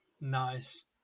nice